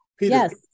Yes